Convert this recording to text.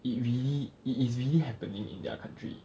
it really it is really happening in their country